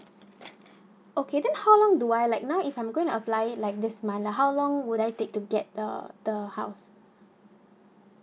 okay then how long do I like now if I'm going apply like this month lah how long would I take to get the the house